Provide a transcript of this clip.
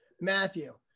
Matthew